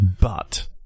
But-